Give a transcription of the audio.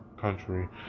country